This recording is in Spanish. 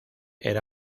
era